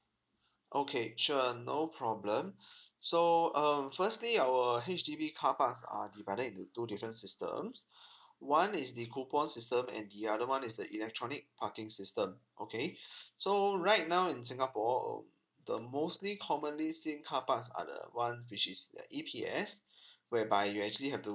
okay sure no problem so um firstly our H_D_B car parks are divided into two different systems one is the coupon system and the other one is the electronic parking system okay so right now in singapore the mostly commonly seen car parks are the one whish is the eps whereby you actually have to